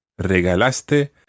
regalaste